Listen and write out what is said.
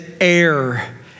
air